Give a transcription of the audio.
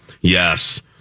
yes